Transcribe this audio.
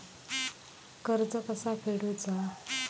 कर्ज कसा फेडुचा?